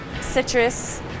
Citrus